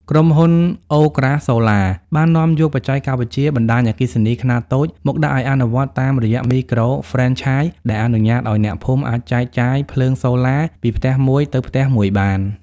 ក្រុមហ៊ុន អូក្រាសូឡា (Okra Solar) បាននាំយកបច្ចេកវិទ្យា "បណ្ដាញអគ្គិសនីខ្នាតតូច" មកដាក់ឱ្យអនុវត្តតាមរយៈមីក្រូហ្វ្រេនឆាយ ដែលអនុញ្ញាតឱ្យអ្នកភូមិអាចចែកចាយភ្លើងសូឡាពីផ្ទះមួយទៅផ្ទះមួយបាន។